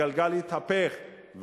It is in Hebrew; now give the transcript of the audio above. הגלגל יתהפך,